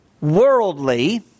worldly